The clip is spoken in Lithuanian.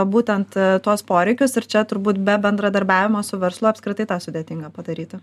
būtent tuos poreikius ir čia turbūt be bendradarbiavimo su verslu apskritai tą sudėtinga padaryti